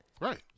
Right